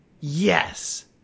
Yes